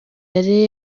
yari